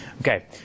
okay